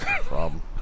Problem